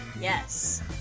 Yes